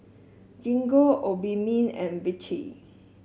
Gingko Obimin and Vichy